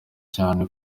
cyane